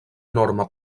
enorme